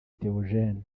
theogene